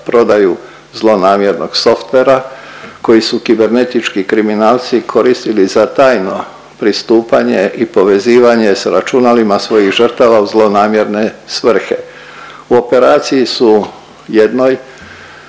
prodaju zlonamjernog softvera koji su kibernetički kriminalci koristili za tajno pristupanje i povezivanje s računalima svojih žrtava u zlonamjerne svrhe. U operaciji su jednoj